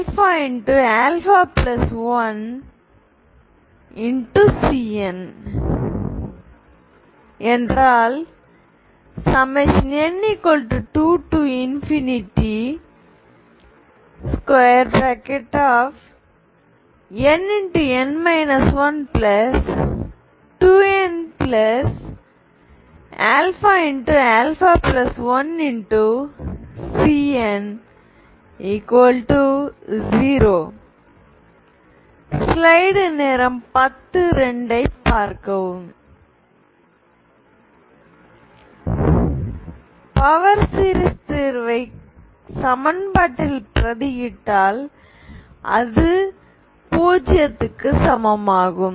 n2nn 12n∝∝1cn என்றால் n2nn 12n∝∝1cn0 power series தீர்வை சமன்பாட்டில் பிரதியிட்டால் அது 0 க்கு சமமாகும்